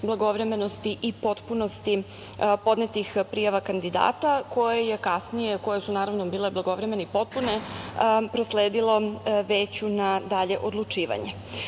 blagovremenosti i potpunosti podnetih prijava kandidata, koje je kasnije, koje su bile blagovremene i potpune, prosledilo Veću na dalje odlučivanje. Formirana